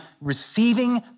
receiving